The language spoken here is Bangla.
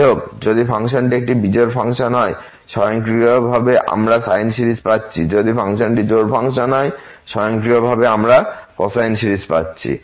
যাইহোক যদি ফাংশনটি একটি বিজোড় ফাংশন হয় স্বয়ংক্রিয়ভাবে আমরা সাইন সিরিজ পাচ্ছি যদি ফাংশনটি জোড় ফাংশন হয় স্বয়ংক্রিয়ভাবে আমরা কোসাইন সিরিজ পাচ্ছি